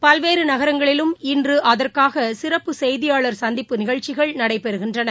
பல்வேறு நகரங்களிலும் இன்று அதற்காக சிறப்பு செய்தியாளர் சந்திப்பு நிகழ்ச்சிகள் நடைபெறுகின்றன